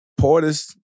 Portis